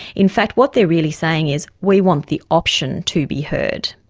in fact, what they're really saying is, we want the option to be heard.